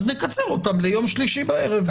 אז נקצר אותם ליום שלישי בערב,